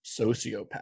sociopath